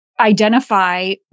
identify